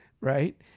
right